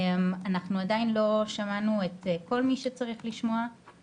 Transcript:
אנחנו עדיין לא שמענו את כל מי שצריך לשמוע,